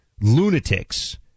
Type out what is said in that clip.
lunatics